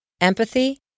empathy